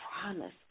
promise